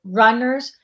runners